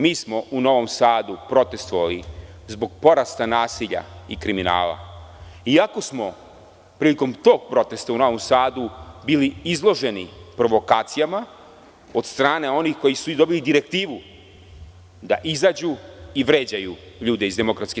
Mi smo u Novom Sadu protestovali zbog porasta nasilja i kriminala iako smo prilikom tog protesta u Novom Sadu bili izloženi provokacijama od strane onih koji su i dobili direktivu, da izađu i vređaju ljude iz DS.